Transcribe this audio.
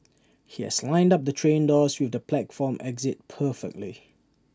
he has lined up the train doors with the platform exit perfectly